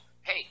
hey